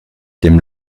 dem